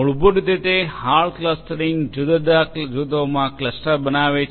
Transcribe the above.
મૂળભૂત રીતે hard clustering જુદા જુદા જૂથોમાં ક્લસ્ટરો બનાવે છે